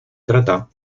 trata